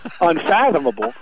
unfathomable